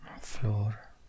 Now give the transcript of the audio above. floor